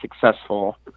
successful